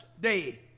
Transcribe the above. day